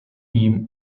ihm